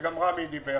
וגם רמי דיבר